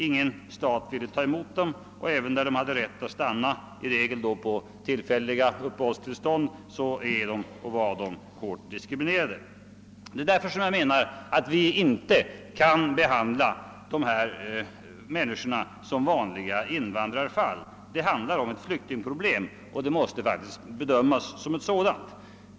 Ingen stat ville ta emot dem, och även där de hade rätt att stanna — då i regel på tillfällliga uppehållstillstånd — var de hårt diskriminerade. Det är därför som jag menar att vi inte kan behandla dessa människor som vanliga invandrarfall. Det handlar här om ett flyktingproblem, och det måste bedömas som ett sådant.